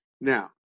Now